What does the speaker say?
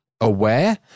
aware